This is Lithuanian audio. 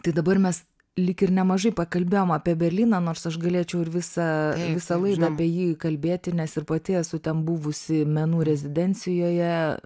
tai dabar mes lyg ir nemažai pakalbėjom apie berlyną nors aš galėčiau ir visą visą laidą apie jį kalbėti nes ir pati esu ten buvusi menų rezidencijoje